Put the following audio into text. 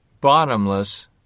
bottomless